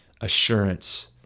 assurance